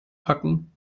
packen